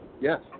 yes